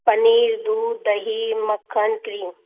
पनीर दूध दही मक्खन क्रीम